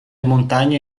montagne